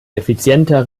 effizienter